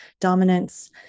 dominance